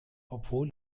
obwohl